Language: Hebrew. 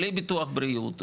בלי ביטוח בריאות,